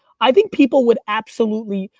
i think people would absolutely,